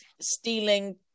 stealing